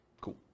Cool